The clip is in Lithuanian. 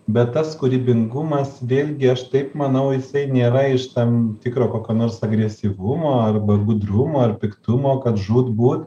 bet tas kūrybingumas vėl gi aš taip manau jisai nėra iš tam tikro kokio nors agresyvumo arba gudrumo ar piktumo kad žūtbūt